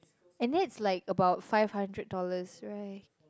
and that's like about five hundred dollars right